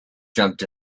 jumped